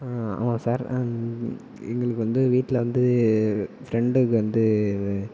ஆமாம் சார் எங்களுக்கு வந்து வீட்டில் வந்து ஃப்ரெண்ட்டுக்கு வந்து